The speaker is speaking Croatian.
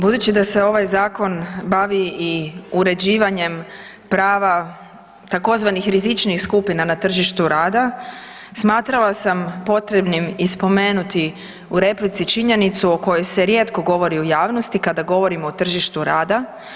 Budući da se ovaj zakon bavi i uređivanjem prava tzv. rizičnijih skupina na tržištu rada smatrala sam potrebnim i spomenuti u replici činjenicu o kojoj se rijetko govori u javnosti kada govorimo o tržištu rada.